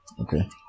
okay